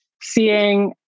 seeing